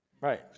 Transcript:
Right